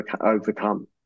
overcome